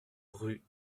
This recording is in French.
rue